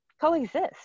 coexist